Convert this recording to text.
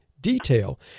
detail